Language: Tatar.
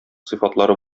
сыйфатлары